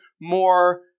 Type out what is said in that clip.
more